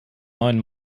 neuen